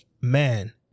Man